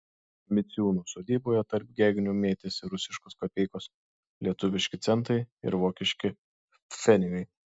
miciūnų sodyboje tarp gegnių mėtėsi rusiškos kapeikos lietuviški centai ir vokiški pfenigai